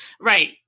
Right